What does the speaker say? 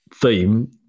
theme